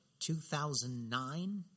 2009